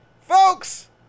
folks